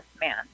man